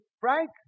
Frank